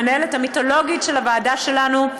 המנהלת המיתולוגית של הוועדה שלנו,